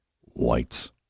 Whites